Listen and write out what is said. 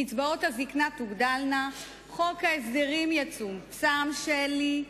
קצבאות הזיקנה תוגדלנה, חוק ההסדרים יצומצם, שלי,